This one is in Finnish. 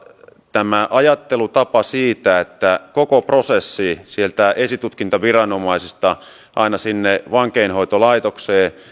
tästä ajattelutavasta että koko prosessi sieltä esitutkintaviranomaisesta aina sinne vankeinhoitolaitokseen ja